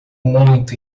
muito